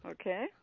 Okay